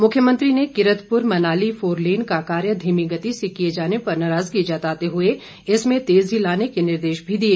मुख्यमंत्री ने कीरतपुर मनाली फोरलेन का कार्य धीमी गति से किए जाने पर नाराज़गी जताते हुए इसमें तेज़ी लाने के निर्देश भी दिए